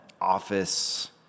office